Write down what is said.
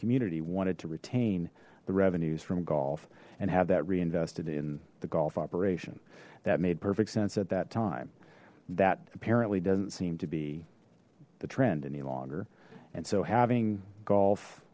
community wanted to retain the revenues from golf and have that reinvested in the golf operation made perfect sense at that time that apparently doesn't seem to be the trend any longer and so having golf